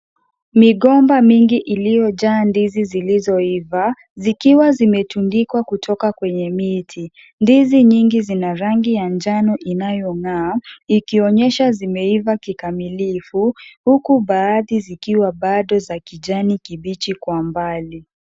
Migomba mingi iliyojaa ndizi zilizoiva, zikiwa zimetundikwa kutoka kwenye miti. Ndizi nyingi zina rangi ya njano inayong'aa ikionyesha zimeiva kikamilifu, huku baadhi zikiwa bado za kijani kibichi kwa mbali.